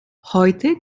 heute